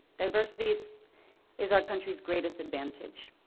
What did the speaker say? diversity is our country's greatest advantage.